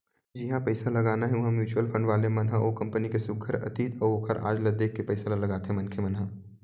जिहाँ पइसा लगाना हे उहाँ म्युचुअल फंड वाले मन ह ओ कंपनी के सुग्घर अतीत अउ ओखर आज ल देख के पइसा ल लगाथे मनखे मन ह